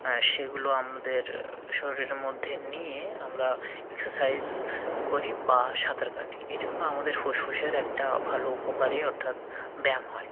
হ্যাঁ সেগুলো আমাদের শরীরের মধ্যে নিয়ে আমরা এক্সারসাইস করি বা সাঁতার কাটি এই জন্য আমাদের ফুসফুসের একটা ভালো উপকারী অর্থাৎ ব্যায়াম হয়